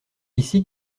ici